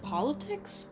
Politics